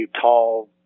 tall